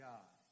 God